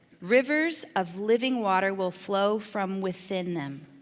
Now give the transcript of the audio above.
rivers of living water will flow from within them.